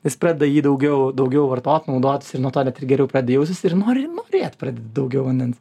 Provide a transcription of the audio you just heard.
jis pradeda jį daugiau daugiau vartot naudots ir nuo to net ir geriau jausiesi ir nori norėt pradedi daugiau vandens